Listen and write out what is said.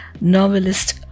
novelist